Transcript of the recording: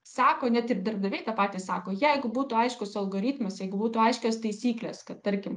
sako net ir darbdaviai tą patį sako jeigu būtų aiškus algoritmas jeigu būtų aiškios taisyklės kad tarkim